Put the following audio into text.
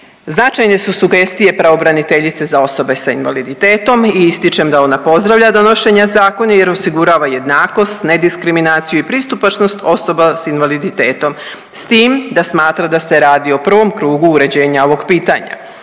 Značajne su sugestije pravobraniteljice za osobe sa invaliditetom i ističem da ona pozdravlja donošenje zakona, jer osigurava jednakost ne diskriminaciju i pristupačnost osoba sa invaliditetom s tim da smatra da se radi o prvom krugu uređenja ovog pitanja.